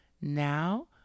now